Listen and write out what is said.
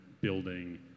building